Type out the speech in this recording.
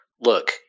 look